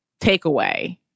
takeaway